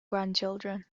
grandchildren